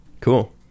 cool